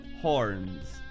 horns